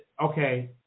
okay